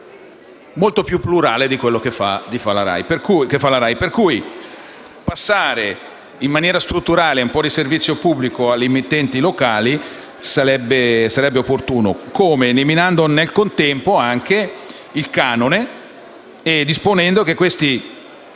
molto più plurale di quello che offre la RAI. Per cui passare in maniera strutturale un po' di servizio pubblico alle emittenti locali sarebbe opportuno. Come? Eliminando nel contempo il canone e disponendo che questi